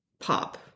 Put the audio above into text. pop